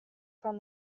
from